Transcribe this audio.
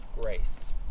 grace